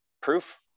proof